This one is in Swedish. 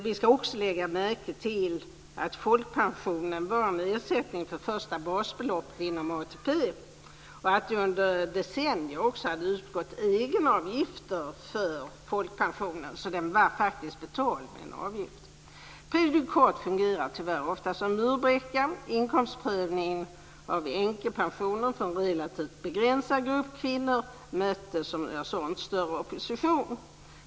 Man ska också lägga märke till att folkpensionen var ersättning för det första basbeloppet inom ATP och att det under decennier också hade utgått egenavgifter för folkpensionen, så den avgiften var faktiskt betald. Prejudikat fungerar tyvärr ofta som en murbräcka. Inkomstprövningen av änkepensionerna för en relativt begränsad grupp kvinnor mötte inte någon större opposition.